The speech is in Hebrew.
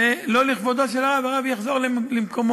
זה לא לכבודו של הרב, הרב יחזור למקומו.